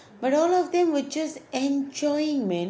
but all of them were just enjoying man